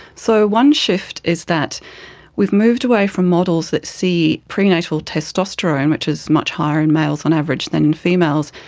so one shift is that we've moved away from models that see prenatal testosterone, which is much higher in males on average than in females,